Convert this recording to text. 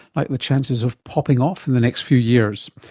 like the chances of popping off in the next few years.